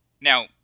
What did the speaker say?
Now